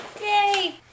Yay